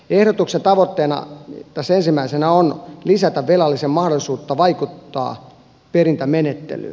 ehdotuksen tavoitteena tässä ensimmäisenä on lisätä velallisen mahdollisuutta vaikuttaa perintämenettelyyn